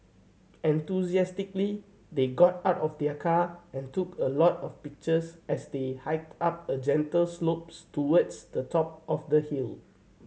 enthusiastically they got out of their car and took a lot of pictures as they hiked up a gentle slopes towards the top of the hill